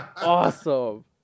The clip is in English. Awesome